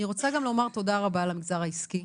אני רוצה גם לומר תודה רבה למגזר העסקי,